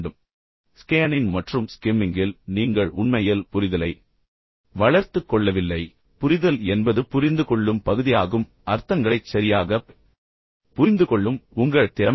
இப்போது ஸ்கேனிங் மற்றும் ஸ்கிம்மிங்கில் நீங்கள் உண்மையில் புரிதலை வளர்த்துக் கொள்ளவில்லை புரிதல் என்பது புரிந்துகொள்ளும் பகுதியாகும் அர்த்தங்களைச் சரியாகப் புரிந்துகொள்ளும் உங்கள் திறமை